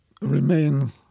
remain